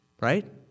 right